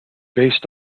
based